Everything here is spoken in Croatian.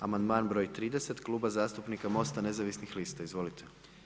Amandman broj 30 Kluba zastupnika Mosta nezavisnih lista, izvolite.